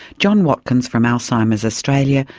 john watkins from alzheimer's australia,